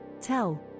Tell